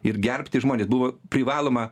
ir gerbti žmones buvo privaloma